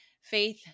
Faith